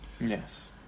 Yes